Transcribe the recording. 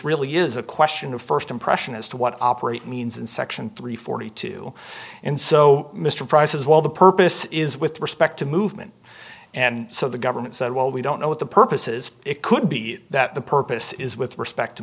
really is a question of first impression as to what operate means in section three forty two in so mr price as well the purpose is with respect to movement and so the government said well we don't know what the purposes it could be that the purpose is with respect to